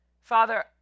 Father